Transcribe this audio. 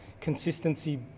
consistency